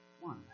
one